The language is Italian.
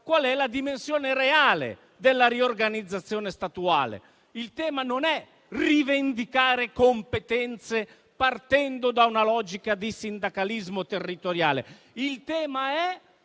vista la dimensione reale della riorganizzazione statuale. Il tema non è rivendicare competenze partendo da una logica di sindacalismo territoriale. Il tema è